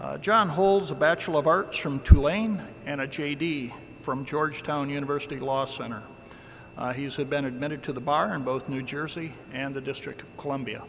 john holds a bachelor of arts from tulane and a j d from georgetown university law center he's had been admitted to the bar in both new jersey and the district of columbia